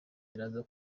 biraza